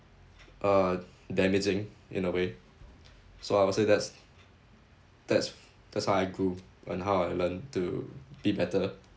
uh damaging in a way so I would say that's that's that's how I grew and how I learned to be better